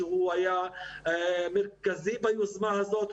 שהיה מרכזי ביוזמה הזאת.